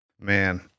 Man